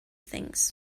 things